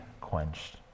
quenched